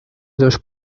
dos